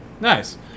Nice